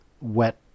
wet